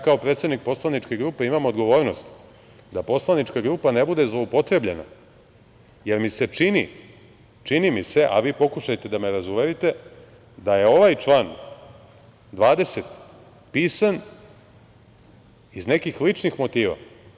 Kao predsednik poslaničke grupe imam odgovornost da poslanička grupa ne bude zloupotrebljena, jer mi se čini, čini mi se, a vi pokušajte da me razuverite, da je ovaj član 20. pisan iz nekih ličnih motiva.